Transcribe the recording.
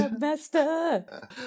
Master